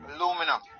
Aluminum